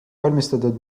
valmistatud